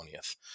20th